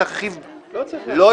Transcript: התשע"ט 2018 (מ/1276) ב.